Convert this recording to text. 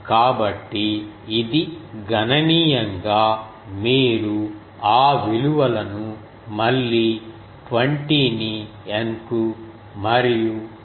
కాబట్టి ఇది గణనీయంగా మీరు ఆ విలువలను మళ్ళీ 20 ని N కు మరియు 0